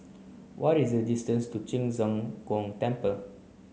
what is the distance to Ci Zheng Gong Temple